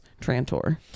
Trantor